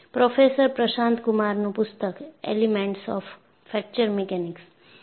professor Prashant કુમારનું પુસ્તક "elements of fracture mechanics"